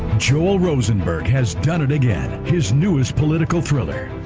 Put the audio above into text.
joel rosenberg has done it again, his newest political thriller,